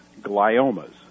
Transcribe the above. gliomas